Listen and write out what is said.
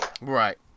Right